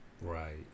Right